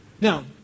Now